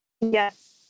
Yes